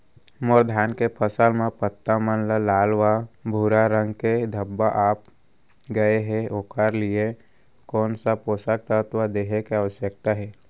मोर धान के फसल म पत्ता मन म लाल व भूरा रंग के धब्बा आप गए हे ओखर लिए कोन स पोसक तत्व देहे के आवश्यकता हे?